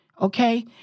okay